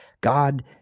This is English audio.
god